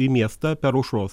į miestą per aušros